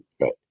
right